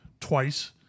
twice